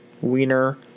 wiener